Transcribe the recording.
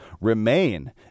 remain